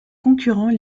concurrents